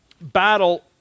battle